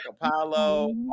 Apollo